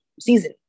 season